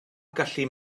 gallu